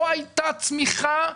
לא הייתה צמיחה,